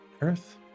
Earth